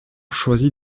choisit